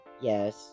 Yes